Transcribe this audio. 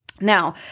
Now